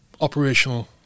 operational